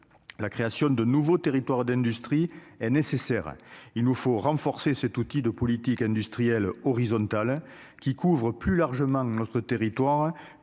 la création de nouveaux territoires d'industrie est nécessaire, il nous faut renforcer cet outil de politique industrielle horizontale qui couvre plus largement notre territoire